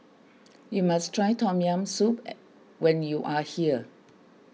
you must try Tom Yam Soup when you are here